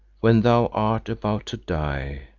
when thou art about to die,